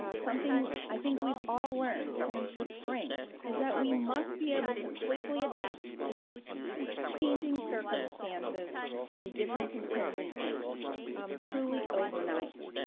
ah something i think we've all learned since the spring is that we must be able to quickly adapt to changing circumstances and different contingencies um truly overnight.